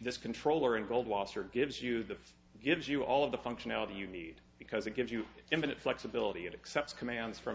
this controller in goldwasser gives you the gives you all of the functionality you need because it gives you infinite flexibility it accepts commands from